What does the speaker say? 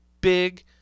big